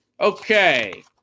Okay